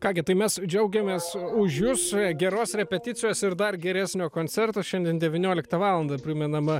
ką gi tai mes džiaugiamės už jus geros repeticijos ir dar geresnio koncerto šiandien devynioliktą valandą primenam